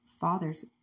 father's